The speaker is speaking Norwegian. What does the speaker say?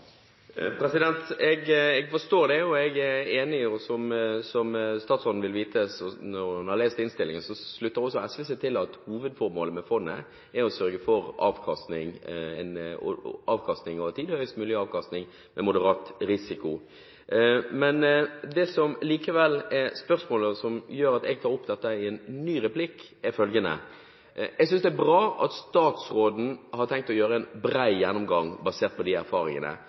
Jeg forstår det, jeg er enig, og som statsråden vil vite når hun har lest innstillingen, slutter også SV seg til at hovedformålet med fondet er å søke «høyest mulig avkastning over tid innenfor moderat risiko». Det som likevel er spørsmålet, og som gjør at jeg tar opp dette i en ny replikk, er følgende: Jeg synes det er bra at statsråden har tenkt å ha en bred gjennomgang basert på de erfaringene.